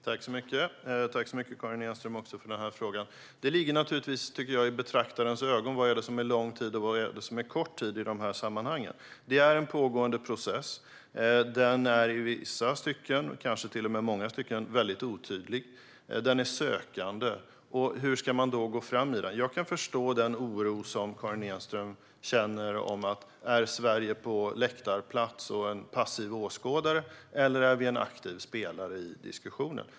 Fru talman! Jag tackar Karin Enström för frågan. Det ligger i betraktarens öga vad som är lång respektive kort tid i dessa sammanhang. Det är en pågående process. Den är i vissa stycken, kanske till och med i många stycken, otydlig. Den är sökande. Hur ska man då gå fram i den? Jag kan förstå den oro Karin Enström känner. Är Sverige på läktarplats och en passiv åskådare? Eller är vi en aktiv spelare i diskussionen?